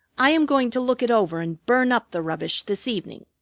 i am going to look it over and burn up the rubbish this evening.